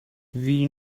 wie